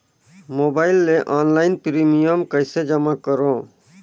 Mobile ले online premium कइसे जमा करों?